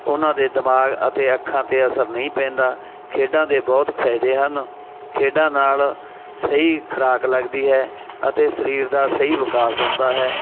ਉਹਨਾਂ ਦੇ ਦਿਮਾਗ ਅਤੇ ਅੱਖਾਂ 'ਤੇ ਅਸਰ ਨਹੀਂ ਪੈਂਦਾ ਖੇਡਾਂ ਦੇ ਬਹੁਤ ਫਾਇਦੇ ਹਨ ਖੇਡਾਂ ਨਾਲ ਸਹੀ ਖੁਰਾਕ ਲੱਗਦੀ ਹੈ ਅਤੇ ਸਰੀਰ ਦਾ ਸਹੀ ਵਿਕਾਸ ਹੁੰਦਾ ਹੈ